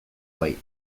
bai